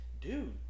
dude